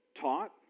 taught